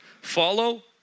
Follow